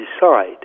decide